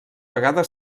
vegada